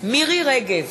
מירי רגב,